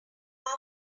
half